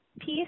peace